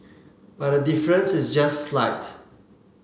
but the difference is just slight